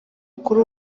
kuri